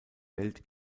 welt